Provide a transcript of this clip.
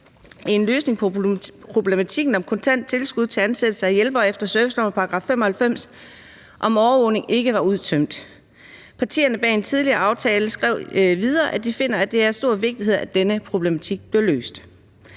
en løsning på problematikken om kontant tilskud til ansættelse af hjælpere efter servicelovens § 95 om overvågning ikke var udtømt. Partierne bag en tidligere aftale skrev videre, at de fandt, at det var af stor vigtighed, at denne problematik blev løst.